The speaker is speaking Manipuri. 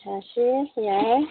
ꯁꯥꯁꯤ ꯌꯥꯏ